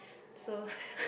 so